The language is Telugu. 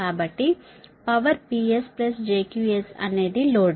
కాబట్టి పవర్ శక్తి Ps jQs అనేది లోడ్